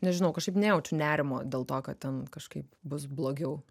nežinau kažkaip nejaučiu nerimo dėl to kad ten kažkaip bus blogiau